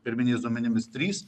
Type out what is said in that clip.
pirminiais duomenimis trys